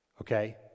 Okay